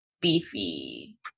beefy